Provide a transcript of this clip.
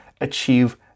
achieve